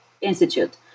institute